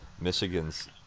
Michigan's